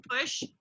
push